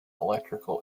electrical